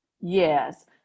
yes